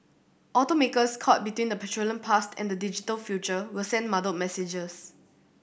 automakers caught between the petroleum past and the digital future will send muddled messages